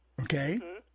Okay